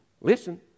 Listen